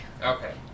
Okay